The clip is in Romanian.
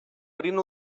prin